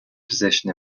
position